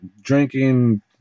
Drinking